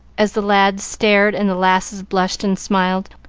as the lads stared and the lasses blushed and smiled,